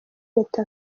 leta